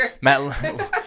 Matt